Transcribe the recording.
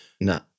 No